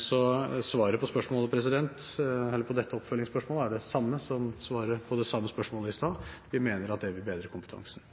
Svaret på dette oppfølgingsspørsmålet er det samme som svaret på det samme spørsmålet i sted: Vi mener at det vil bedre kompetansen.